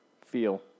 feel